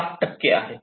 7 आहे